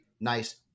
nice